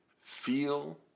feel